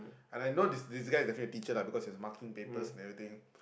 and I know this guy is a math teacher because he was marking papers and everything